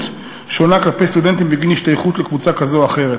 שונה כלפי סטודנטים בגין השתייכות לקבוצה כזו או אחרת.